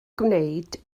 gwneud